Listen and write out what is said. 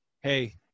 hey